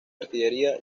artillería